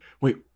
Wait